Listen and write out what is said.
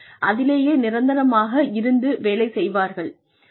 அதிலேயே நிரந்தரமாக இருந்து வேலை செய்வார்கள்